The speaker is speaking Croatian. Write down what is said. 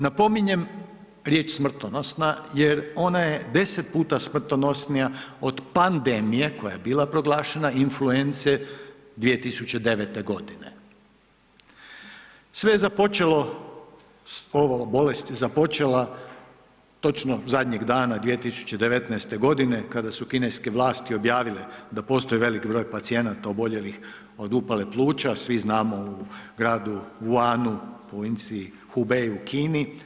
Napominjem, riječ smrtonosna jer ona je 10 puta smrtonosnija od pandemija koja je bila proglašena influence 2009. g. Sve je započelo s ovom bolesti, započela točno zadnjeg dana 2019. g. kada su kineske vlasti objavile da postoji velik broj pacijenata oboljelih od upale pluća, svi znamo u gradu Wuhanu, provinciji Hubei u Kini.